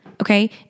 Okay